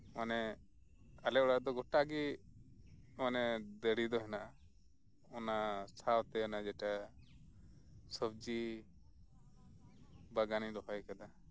ᱢᱟᱱᱮ ᱟᱞᱮ ᱚᱲᱟᱜ ᱫᱚ ᱜᱚᱴᱟᱜᱮ ᱢᱟᱱᱮ ᱫᱟᱨᱮ ᱫᱚ ᱢᱮᱱᱟᱜᱼᱟ ᱚᱱᱟ ᱥᱟᱶᱛᱮ ᱚᱱᱟ ᱡᱮᱴᱟ ᱥᱚᱵᱽᱡᱤ ᱵᱟᱜᱟᱱᱤᱧ ᱨᱚᱦᱚᱭ ᱟᱠᱟᱫᱟ